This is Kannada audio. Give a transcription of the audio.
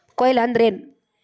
ಕೊಯ್ಲು ಅಂದ್ರ ಏನ್?